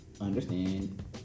Understand